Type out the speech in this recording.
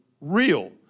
real